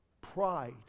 Pride